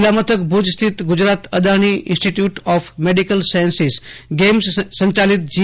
જીલ્લા મથક ભુજ સ્થિત Gujarat Adani institute of medical science GAIMS સંચાલિત જી